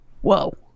Whoa